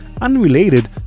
unrelated